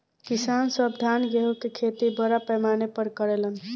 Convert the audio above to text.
किसान सब धान गेहूं के खेती बड़ पैमाना पर करे लेन